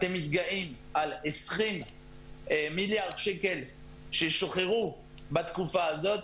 אתם מתגאים על 20 מיליארד שקל ששוחררו בתקופה הזאת,